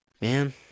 Man